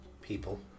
people